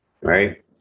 right